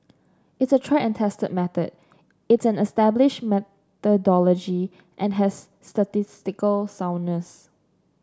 it's a tried and tested method it's an established methodology and has statistical soundness